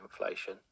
inflation